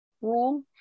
rule